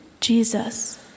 Jesus